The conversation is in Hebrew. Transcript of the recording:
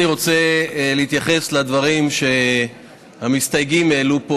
אני רוצה להתייחס לדברים שהמסתייגים העלו פה